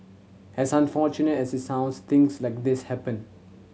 as unfortunate as it sounds things like this happen